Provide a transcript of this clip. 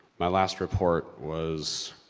my last report was.